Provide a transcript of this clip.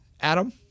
Adam